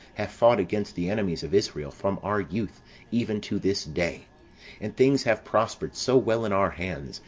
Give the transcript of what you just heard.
have fought against the enemies of israel from our youth even to this day and things have prospered so well in our hands,